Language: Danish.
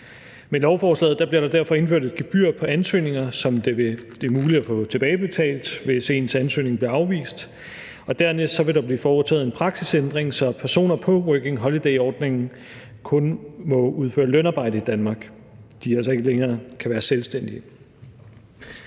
Med lovforslaget bliver der derfor indført et gebyr på ansøgninger, som det er muligt at få tilbagebetalt, hvis ens ansøgning bliver afvist, og dernæst vil der blive foretaget en praksisændring, så personer på Working Holiday-ordningen kun må udføre lønarbejde i Danmark – så de altså ikke længere kan være selvstændige.